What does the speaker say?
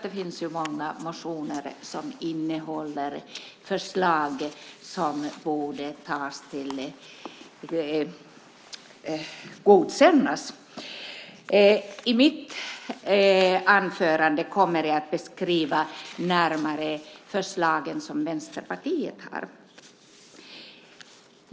Det finns många motioner som innehåller förslag som borde godkännas. I mitt anförande kommer jag att närmare beskriva de förslag som Vänsterpartiets har.